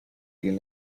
quien